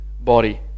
body